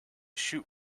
shoot